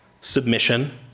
submission